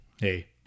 Hey